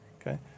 Okay